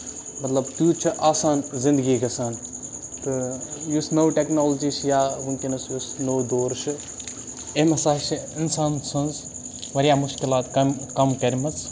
مطلب تیٖژ چھِ آسان زَندگی گژھان تہٕ یُس نٔو ٹیکنولجی چھِ یا ؤنکیٚنس یُس نوٚو دور چھُ أمۍ ہسا چھِ اِنسان سٕنز واریاہ مُشکِلات کَم کم کَرمٕژ